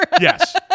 Yes